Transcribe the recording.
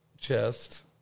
chest